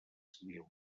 civil